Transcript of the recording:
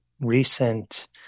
recent